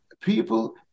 people